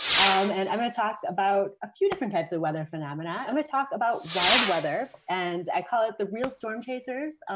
um and i'm gonna talk about a few different types of weather phenomena. i'm gonna talk about wild weather, and i call it the real storm chasers.